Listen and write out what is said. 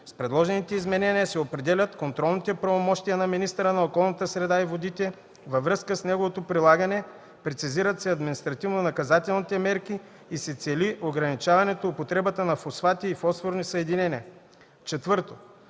с предложените изменения се определят контролните правомощия на министъра на околната среда и водите във връзка с неговото прилагане, прецизират се административно-наказателните мерки и се цели ограничаването употребата на фосфати и фосфорни съединения. 4.